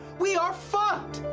we are fucked!